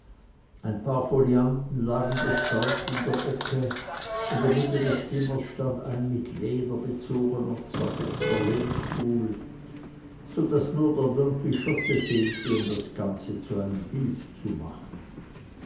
ein paar folianten lagen bestäubt in der ecke in der mitte des zimmers stand ein mit leder bezogener zerfetzter lehnstuhl so daß nur der don quixote fehlte um das ganze zu einem bilde zu machen